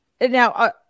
now